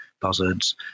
buzzards